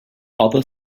other